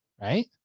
right